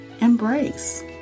embrace